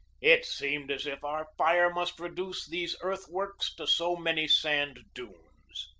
it seemed as if our fire must reduce these earthworks to so many sand dunes.